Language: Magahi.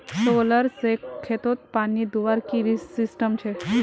सोलर से खेतोत पानी दुबार की सिस्टम छे?